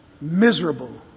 miserable